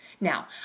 now